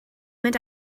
mynd